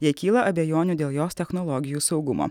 jei kyla abejonių dėl jos technologijų saugumo